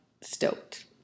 stoked